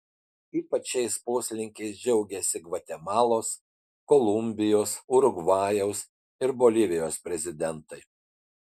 ypač šiais poslinkiais džiaugiasi gvatemalos kolumbijos urugvajaus ir bolivijos prezidentai